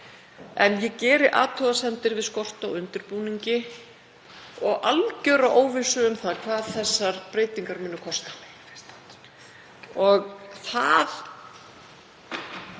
En ég geri athugasemdir við skort á undirbúningi og algera óvissu um það hvað þessar breytingar munu kosta. Við